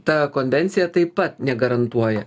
ta konvencija taip pat negarantuoja